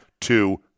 two